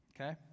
okay